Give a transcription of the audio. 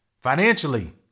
financially